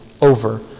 over